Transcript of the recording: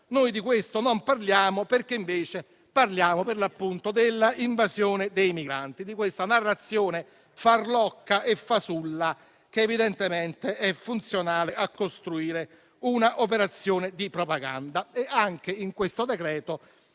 Ma di questo non parliamo, perché parliamo invece, per l'appunto, della invasione dei migranti, in una narrazione farlocca e fasulla che evidentemente è funzionale a costruire un'operazione di propaganda. E anche in questo decreto